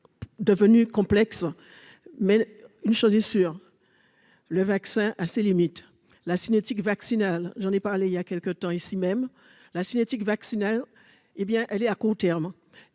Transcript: devenue complexe, mais une chose est sûre, le vaccin a ses limites, la cinétique vaccinal, j'en ai parlé il y a quelques temps ici même la cinétique vaccinal, hé bien elle est à court terme.